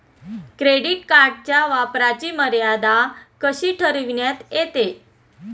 Credit कार्डच्या वापराची मर्यादा कशी ठरविण्यात येते?